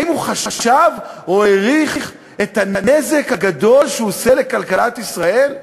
האם הוא חשב או העריך את הנזק הגדול שהוא עושה לכלכלת ישראל?